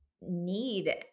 need